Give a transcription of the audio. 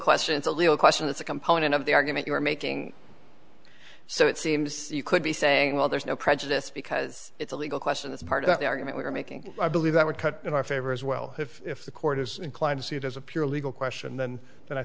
question it's a legal question it's a component of the argument you're making so it seems you could be saying well there's no prejudice because it's a legal question it's part of the argument we're making i believe that would cut in our favor as well if if the court is inclined to see it as a pure legal question then and i